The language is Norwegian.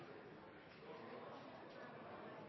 Statsråd